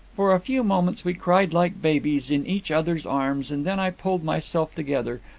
for a few moments we cried like babies, in each other's arms, and then i pulled myself together,